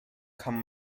kann